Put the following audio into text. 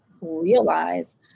realize